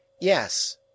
Yes